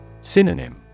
Synonym